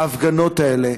ההפגנות האלה,